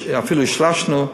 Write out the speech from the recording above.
אפילו שילשנו,